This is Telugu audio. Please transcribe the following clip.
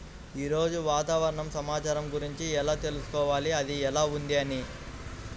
ఈరోజు వాతావరణ సమాచారం గురించి ఎలా తెలుసుకోవాలి అది ఎలా ఉంది అని?